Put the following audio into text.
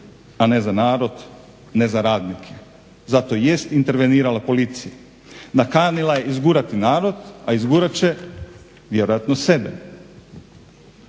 a ne za narod, ne za radnike. Zato i jest intervenirala policija. Nakanila je izgurati narod, a izgurat će vjerojatno sebe.